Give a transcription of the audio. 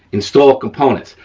install components,